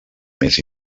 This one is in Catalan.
més